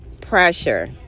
pressure